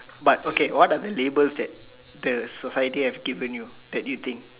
but okay what are the labels that the society have given you that you think